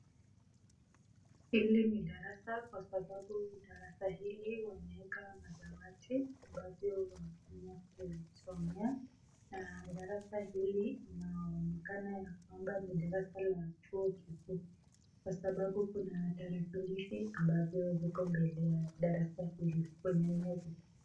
Hili ni darasa kwa sababu darasa hili wameweka madawadi ambavyo wanatunia kusomea, na darasani hili inaonekana ya kwamba ni darasa la chuo kikuu kwa sababu kuna darakilishi ambavyo viko mbele kwa darasa hili kwenye meza.